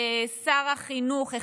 שר החינוך,